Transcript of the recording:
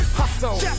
hustle